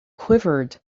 quivered